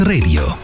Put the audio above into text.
Radio